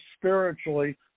spiritually